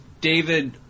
David